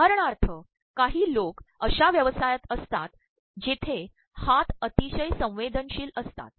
उदाहरणार्य काही लोक अशा व्यवसायात असतात जेर्े हात अततशय संवेदनशील असतात